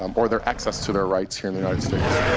um or their access to their rights here in the united states.